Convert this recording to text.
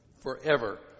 forever